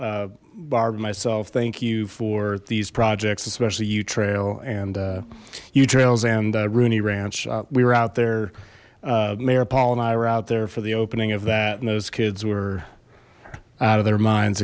and barbed myself thank you for these projects especially you trail and you trails and rooney ranch we were out there mayor paul and i were out there for the opening of that and those kids were out of their minds